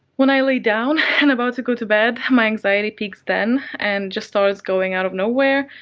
when i lay down and about to go to bed, my anxiety peaks then and just starts going out of nowhere,